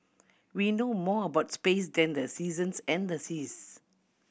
we know more about space than the seasons and the seas